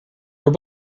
were